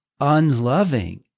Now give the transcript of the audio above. unloving